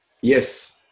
Yes